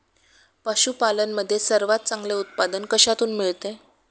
पशूपालन मध्ये सर्वात चांगले उत्पादन कशातून मिळते?